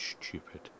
stupid